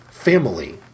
family